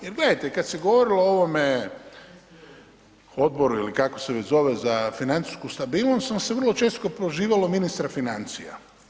Jer gledajte, kada se govorilo o ovome Odboru ili kako se već zove za financijsku stabilnost onda se vrlo često prozivalo ministra financija.